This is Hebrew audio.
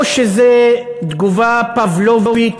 או שזה תגובה פבלובית,